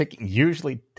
usually